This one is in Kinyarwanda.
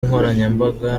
nkoranyambaga